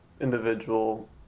Individual